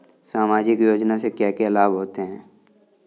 सामाजिक योजना से क्या क्या लाभ होते हैं?